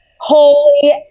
holy